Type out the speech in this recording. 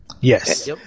Yes